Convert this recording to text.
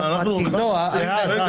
קיבלו.